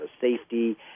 safety